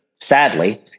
sadly